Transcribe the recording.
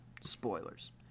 spoilers